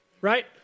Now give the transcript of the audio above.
right